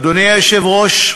אדוני היושב-ראש,